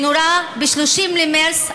שנורה ב-30 במרס 2018,